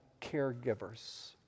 caregivers